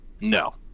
No